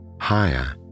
higher